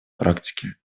практике